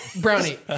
brownie